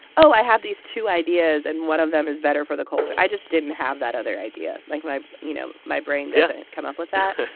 oh, i have these two ideas, and one of them is better for the culture. i just didn't have that other idea. like, my you know, my brain yeah doesn't come up with that.